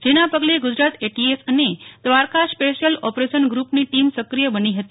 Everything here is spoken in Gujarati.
જેના પગલે ગુજરાત એટીએસ અને દ્વારકા સ્પેશ્યલ ઓપરેશન ગુ પની ટીમ સક્રિય બની હતી